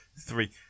three